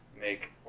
make